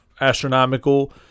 astronomical